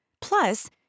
Plus